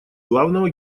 главного